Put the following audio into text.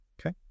Okay